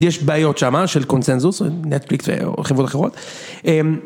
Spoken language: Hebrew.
יש בעיות שמה של קונצנזוס, נטפליקס וחברות אחרות.